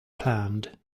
planned